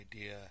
idea